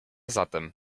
zatem